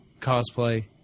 cosplay